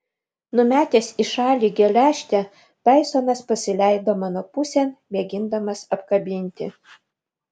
numetęs į šalį geležtę taisonas pasileido mano pusėn mėgindamas apkabinti